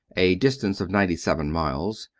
a distance of ninety-seven miles,